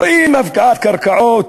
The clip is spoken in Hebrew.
רואים הפקעת קרקעות,